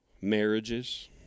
Marriages